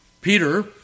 Peter